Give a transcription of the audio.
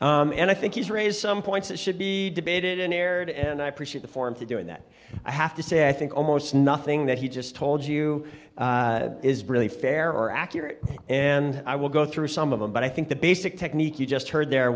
jean and i think he's raise some points that should be debated and aired and i appreciate the form to do it that i have to say i think almost nothing that he just told you is really fair or accurate and i will go through some of them but i think the basic technique you just heard there